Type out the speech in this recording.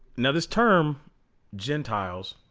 now this term gentiles